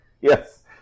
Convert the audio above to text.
Yes